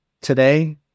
today